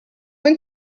and